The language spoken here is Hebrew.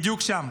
בדיוק שם.